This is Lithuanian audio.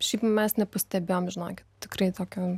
šiaip mes nepastebėjom žinokit tikrai tokio